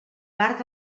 part